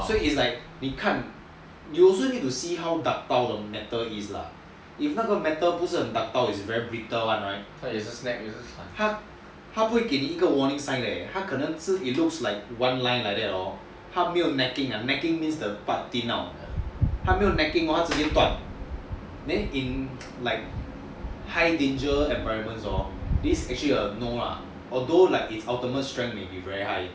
so it's like 你看 you also need to see how ductile the metal is lah if 那个 metal 不是很 ductile its very brittle right 他不会给一个 warning sign 的 leh 他可能 it looks like one line like that hor 他没有 necking 的 necking means the part that is thinned out 他没有 necking hor 他直接断 then in like high danger environment hor this is actually a no lah although like its ultimate strength is very high